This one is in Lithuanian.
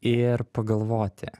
ir pagalvoti